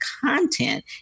content